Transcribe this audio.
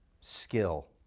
skill